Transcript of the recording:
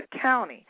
County